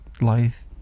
Life